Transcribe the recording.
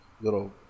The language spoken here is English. little